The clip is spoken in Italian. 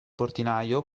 portinaio